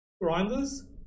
grinders